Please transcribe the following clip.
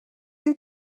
you